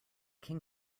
can